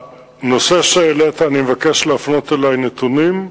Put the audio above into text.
הנושא שהעלית, אני מבקש להפנות אלי נתונים,